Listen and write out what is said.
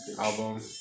album